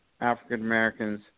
African-Americans